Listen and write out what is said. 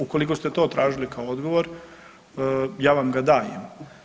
Ukoliko ste to tražili kao odgovor ja vam ga dajem.